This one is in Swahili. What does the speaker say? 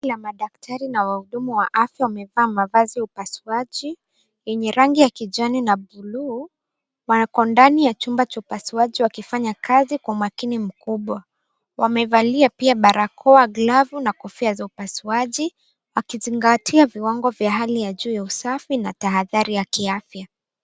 Kundi la madaktari na wahudumu wa afya wamevaa mavazi ya upasuaji yenye rangi ya kijani na buluu. Wako ndani ya chumba cha upasuaji wakifanya kazi kwa umakini mkubwa. Wamevalia pia barakoa, glavu, na kofia za upasuaji wakizingatia viwango vya hali ya juu ya usafi na tahadhari ya kiafya.